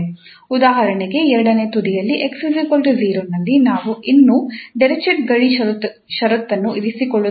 ಉದಾಹರಣೆಗೆ ಎರಡನೇ ತುದಿಯಲ್ಲಿ 𝑥 0 ನಲ್ಲಿ ನಾವು ಇನ್ನೂ ಡಿರಿಚ್ಲೆಟ್ ಗಡಿ ಷರತ್ತನ್ನು ಇರಿಸಿಕೊಳ್ಳುತ್ತಿದ್ದೇವೆ